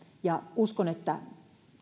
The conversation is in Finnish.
ja uskon että